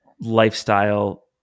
lifestyle